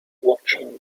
watching